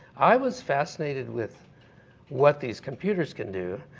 i was fascinated with what these computers can do.